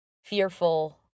fearful